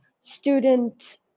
students